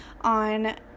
on